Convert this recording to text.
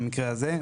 במקרה הזה,